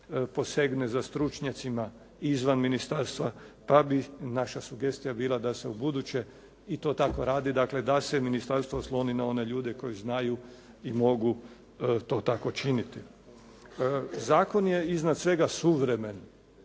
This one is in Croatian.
posegne za stručnjacima izvan ministarstva pa bi naša sugestija bila da se u buduće i to tako radi, dakle da se ministarstvo osloni na one ljude koji znaju i mogu to tako činiti. Zakon je iznad svega suvremen,